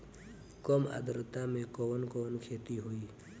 कम आद्रता में कवन कवन खेती होई?